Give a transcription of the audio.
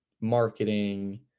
marketing